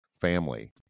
family